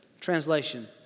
translation